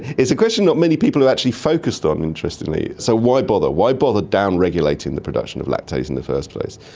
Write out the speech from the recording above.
it's a question not many people have actually focused on, interestingly. so why bother, why bother down-regulating the production of lactase in the first place?